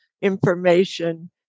information